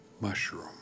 mushroom